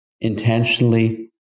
intentionally